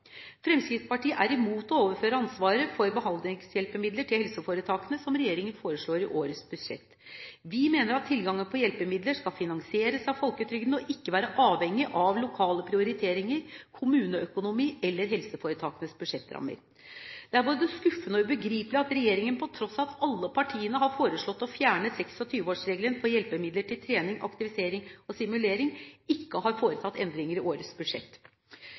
Fremskrittspartiet er imot å overføre ansvaret for behandlingshjelpemidler til helseforetakene, slik regjeringen foreslår i årets budsjett. Vi mener at tilgangen på hjelpemidler skal finansieres av folketrygden og ikke være avhengig av lokale prioriteringer, kommuneøkonomi eller helseforetakenes budsjettrammer. Det er både skuffende og ubegripelig at regjeringen, på tross av at alle partiene har foreslått å fjerne 26-årsregelen for hjelpemidler til trening, aktivisering og stimulering, ikke har foretatt endringer i årets budsjett.